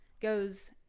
goes